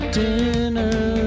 dinner